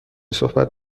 صحبت